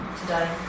today